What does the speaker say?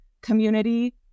community